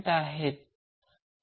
87° असेल